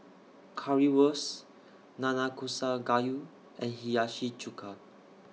Currywurst Nanakusa Gayu and Hiyashi Chuka